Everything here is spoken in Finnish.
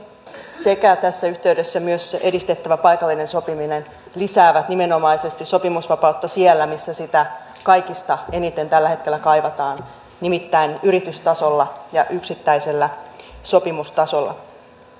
sekä tässä yhteydessä myös se edistettävä paikallinen sopiminen lisäävät nimenomaisesti sopimusvapautta siellä missä sitä kaikista eniten tällä hetkellä kaivataan nimittäin yritystasolla ja yksittäisellä sopimustasolla